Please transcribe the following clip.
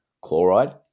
chloride